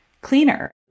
cleaner